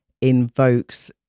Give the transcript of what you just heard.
invokes